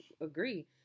agree